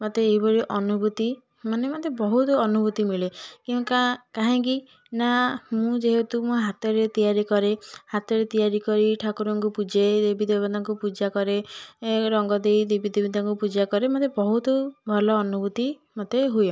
ମୋତେ ଏହିଭଳି ଅନୁଭୂତି ମାନେ ମୋତେ ବହୁତ ଅନୁଭୂତି ମିଳେ କାହିଁକିନା ମୁଁ ଯେହେତୁ ମୋ ହାତରେ ତିଆରି କରେ ହାତରେ ତିଆରି କରି ଠାକୁରଙ୍କୁ ପୂଜେ ଦେବୀ ଦେବତାଙ୍କୁ ପୂଜା କରେ ଏ ରଙ୍ଗ ଦେଇ ଦେବି ଦେବତାଙ୍କୁ ପୂଜା କରେ ମୋତେ ବହୁତ ଭଲ ଅନୁଭୂତି ମୋତେ ହୁଏ